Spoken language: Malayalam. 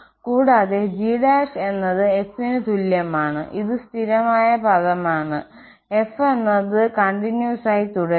കൂടാതെ g എന്നത് f ന് തുല്യമാണ് ഇത് സ്ഥിരമായ പദമാണ് f എന്നത് തുടർച്ചയായി തുടരുന്നു